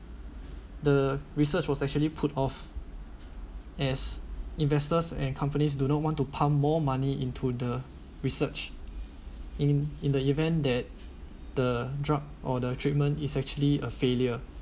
the research was actually put off as investors and companies do not want to pump more money into the research in in the event that the drug or the treatment is actually a failure